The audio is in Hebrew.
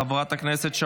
חבר הכנסת דן אילוז,